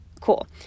Cool